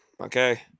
Okay